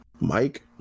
mike